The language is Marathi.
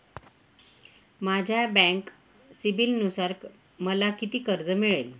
माझ्या बँक सिबिलनुसार मला किती कर्ज मिळेल?